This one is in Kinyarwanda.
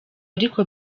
ariko